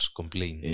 complain